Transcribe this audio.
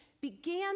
began